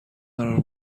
قرار